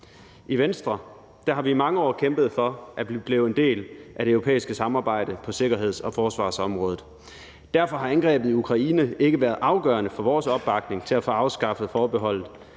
I Venstre har vi i mange år kæmpet for, at vi blev en del af det europæiske samarbejde på sikkerheds- og forsvarsområdet. Derfor har angrebet i Ukraine ikke været afgørende for vores opbakning til at få afskaffet forbeholdet,